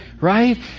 right